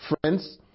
Friends